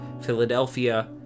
Philadelphia